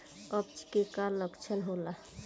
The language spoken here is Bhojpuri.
अपच के का लक्षण होला?